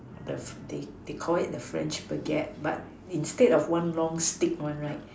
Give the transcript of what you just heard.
the they they Call it the French baguette but instead of one long stick [one] right